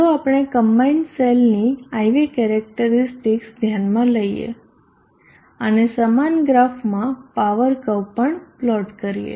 ચાલો આપણે કમ્બાઈન્ડ સેલની IV કેરેક્ટરીસ્ટિકસ ધ્યાનમાં લઈએ અને સમાન ગ્રાફમાં પાવર કર્વ પણ પ્લોટ કરીએ